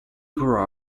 grew